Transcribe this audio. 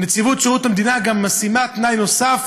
נציבות שירות המדינה גם משימה תנאי נוסף